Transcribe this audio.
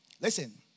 Listen